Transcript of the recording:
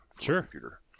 Sure